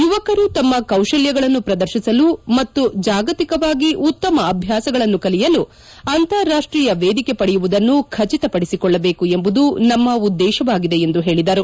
ಯುವಕರು ತಮ್ಮ ಕೌಶಲ್ಲಗಳನ್ನು ಪ್ರದರ್ತಿಸಲು ಮತ್ತು ಜಾಗತಿಕವಾಗಿ ಉತ್ತಮ ಅಭ್ಯಾಸಗಳನ್ನು ಕಲಿಯಲು ಅಂತಾರಾಷ್ಷೀಯ ವೇದಿಕೆ ಪಡೆಯುವುದನ್ನು ಖಚಿತಪಡಿಸಿಕೊಳ್ಳಬೇಕು ಎಂಬುದು ನಮ್ನ ಉದ್ದೇಶವಾಗಿದೆ ಎಂದು ಹೇಳಿದರು